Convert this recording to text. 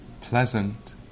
pleasant